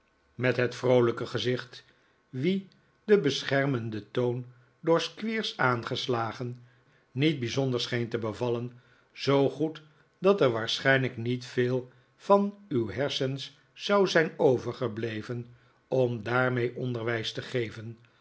met het vroolijke gezicht wien de beschermende toon door squeers aangeslagen niet bijzonder scheen te bevallen zoo goed dat er waarschijnlijk niet veel van uw hersens zou zijn overgebleven om daarmee onderwijs te geven